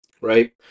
right